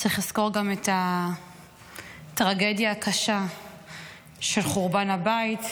צריך לזכור גם את הטרגדיה הקשה של חורבן הבית,